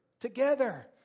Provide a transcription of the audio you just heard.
Together